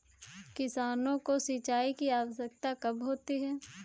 किसानों को सिंचाई की आवश्यकता कब होती है?